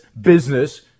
business